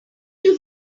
two